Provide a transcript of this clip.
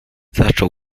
zaczął